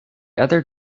other